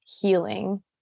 healing